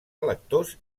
electors